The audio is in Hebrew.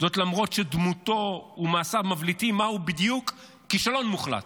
זאת למרות שדמותו ומעשיו מבליטים מה הוא בדיוק כישלון מוחלט,